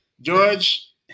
George